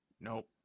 nope